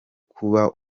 kuba